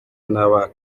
n’aba